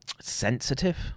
sensitive